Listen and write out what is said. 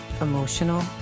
emotional